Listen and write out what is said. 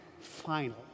final